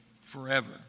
forever